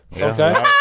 okay